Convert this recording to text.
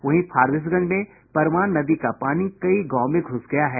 वहीं फारबिसगंज में परमान नदी का पानी कई गांव में घुस गया है